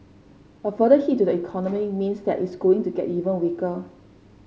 a further hit to the economy means that it's going to get even weaker